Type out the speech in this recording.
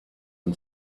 and